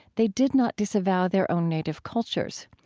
they did not disavow their own native cultures.